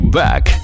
back